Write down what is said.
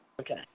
Okay